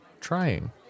trying